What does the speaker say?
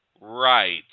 Right